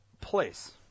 Place